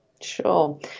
Sure